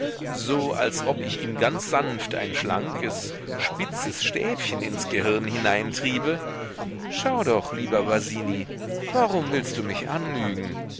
so als ob ich ihm ganz sanft ein schlankes spitzes stäbchen ins gehirn hineintriebe schau doch lieber basini warum willst du mich anlügen